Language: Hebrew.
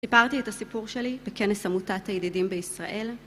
סיפרתי את הסיפור שלי בכנס עמותת הידידים בישראל